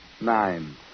nine